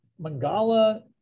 Mangala